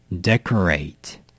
Decorate